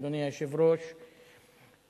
אדוני היושב-ראש,